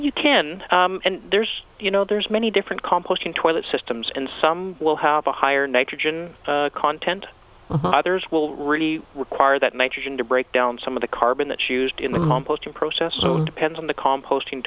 you can and there's you know there's many different composting toilet systems and some will have a higher nitrogen content others will really require that nitrogen to break down some of the carbon that's used in the composting process so depends on the composting